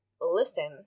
Listen